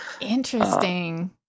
Interesting